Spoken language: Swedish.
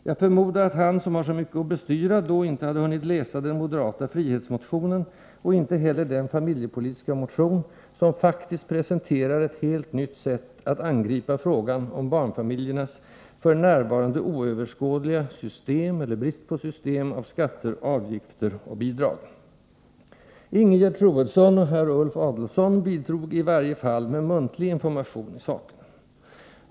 Jag förmodar att han — som har så mycket att bestyra — då inte har hunnit läsa den moderata frihetsmotionen och inte heller den familjepolitiska motion som faktiskt presenterar ett helt nytt sätt att angripa frågan om barnfamiljernas f. n. oöverskådliga system — eller brist på system — av skatter, avgifter och bidrag. Ingegerd Troedsson och herr Ulf Adelsohn bidrog i varje fall med muntlig information i saken.